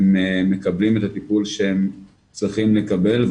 הם מקבלים את הטיפול שהם צריכים לקבל,